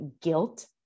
guilt